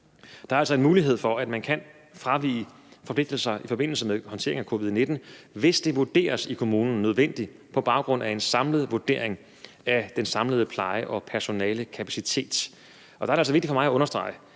Der er altså en mulighed for, at man kan fravige forpligtelser i forbindelse med håndtering af covid-19, hvis det i kommunen vurderes nødvendigt på baggrund af en samlet vurdering af den samlede pleje- og personalekapacitet. Og der er det altså vigtigt for mig at understrege,